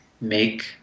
make